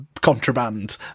contraband